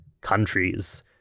countries